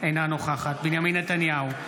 אינה נוכחת בנימין נתניהו,